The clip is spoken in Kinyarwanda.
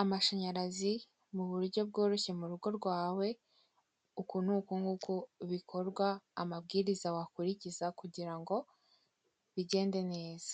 amashanyarazi mu buryo bworoshye mu rugo rwawe, uku n'uko nguko bikorwa amabwiriza wakurikiza kugira ngo bigende neza.